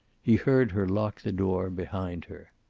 he heard her lock the door behind her.